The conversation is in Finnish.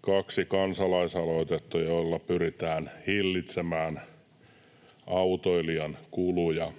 kaksi kansa-laisaloitetta, joilla pyritään hillitsemään autoilijoiden kuluja.